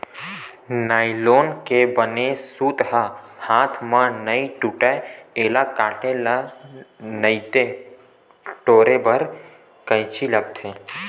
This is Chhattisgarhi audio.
नाइलोन के बने सूत ह हाथ म नइ टूटय, एला काटे बर नइते टोरे बर कइची लागथे